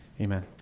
Amen